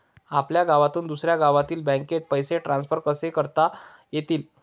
आपल्या गावातून दुसऱ्या गावातील बँकेत पैसे ट्रान्सफर कसे करता येतील?